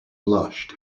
blushed